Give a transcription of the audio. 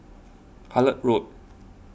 Hullet Road